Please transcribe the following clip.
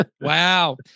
Wow